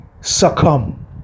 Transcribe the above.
succumb